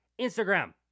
instagram